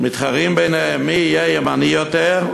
ומתחרים ביניהם מי יהיה ימני יותר,